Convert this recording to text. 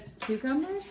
cucumbers